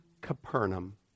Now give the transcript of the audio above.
Capernaum